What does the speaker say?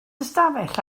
ystafell